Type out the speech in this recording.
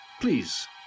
Please